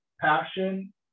passion